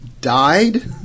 died